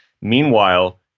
Meanwhile